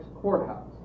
Courthouse